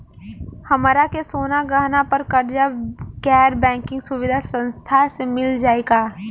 हमरा के सोना गहना पर कर्जा गैर बैंकिंग सुविधा संस्था से मिल जाई का?